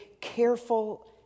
careful